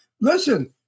Listen